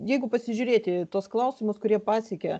jeigu pasižiūrėti tuos klausimus kurie pasiekė